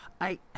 I-